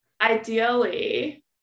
Ideally